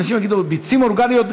אנשים יגידו: ביצים אורגניות,